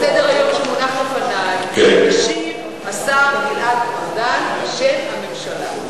בסדר-היום שמונח לפני: ישיב השר גלעד ארדן בשם הממשלה.